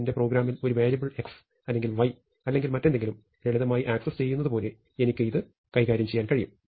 എന്റെ പ്രോഗ്രാമിൽ ഒരു വേരിയബിൾ x അല്ലെങ്കിൽ y അല്ലെങ്കിൽ മറ്റെന്തെങ്കിലും ലളിതമായി ആക്സസ് ചെയ്യുന്നത് പോലെ എനിക്ക് ഇത് കൈകാര്യം ചെയ്യാൻ കഴിയും